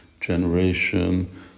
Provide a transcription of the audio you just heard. generation